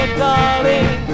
darling